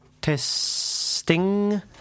Testing